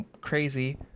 crazy